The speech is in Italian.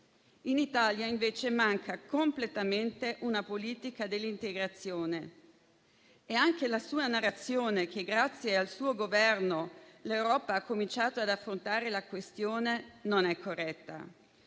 In Italia, invece, manca completamente una politica dell'integrazione e anche la sua narrazione che, grazie al suo Governo, l'Europa ha cominciato ad affrontare la questione, non è corretta.